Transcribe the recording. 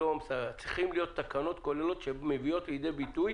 צריכות להיות תקנות כוללות שמביאות לידי ביטוי